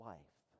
Life